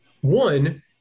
One